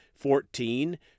Fourteen